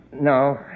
No